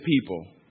people